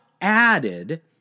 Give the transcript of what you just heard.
added